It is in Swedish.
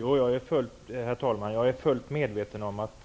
Herr talman! Jag är fullt medveten om att